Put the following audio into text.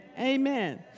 Amen